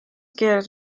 keeras